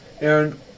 Aaron